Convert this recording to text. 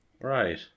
Right